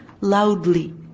loudly